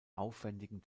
aufwändigen